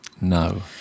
no